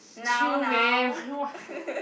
chill man what